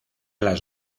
las